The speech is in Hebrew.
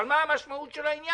אבל מה המשמעות של העניין?